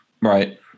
Right